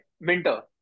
winter